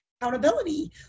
accountability